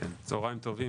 צהרים טובים.